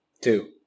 Two